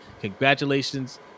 Congratulations